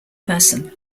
person